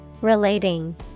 Relating